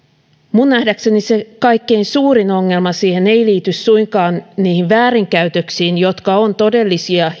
minun nähdäkseni se kaikkein suurin ongelma siinä ei liity suinkaan niihin väärinkäytöksiin jotka ovat todellisia ja